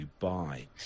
Dubai